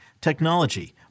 technology